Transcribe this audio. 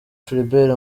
philbert